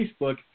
Facebook